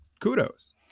kudos